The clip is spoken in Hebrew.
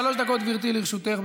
שלוש דקות, גברתי, לרשותך.